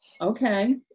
okay